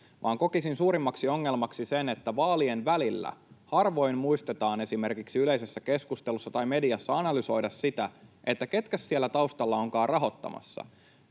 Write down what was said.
vaan kokisin suurimmaksi ongelmaksi sen, että vaalien välillä harvoin muistetaan esimerkiksi yleisessä keskustelussa tai mediassa analysoida sitä, että ketkäs siellä taustalla ovatkaan rahoittamassa.